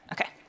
Okay